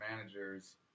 managers